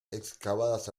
excavadas